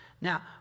Now